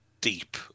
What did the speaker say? deep